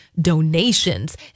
donations